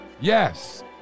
Yes